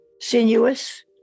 Sinuous